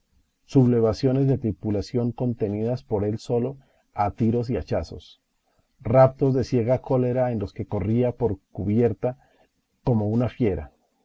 agua sublevaciones de tripulación contenidas por él solo a tiros y hachazos raptos de ciega cólera en los que corría por cubierta como una fiera